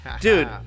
Dude